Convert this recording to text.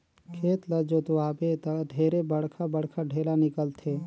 खेत ल जोतवाबे त ढेरे बड़खा बड़खा ढ़ेला निकलथे